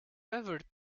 favorite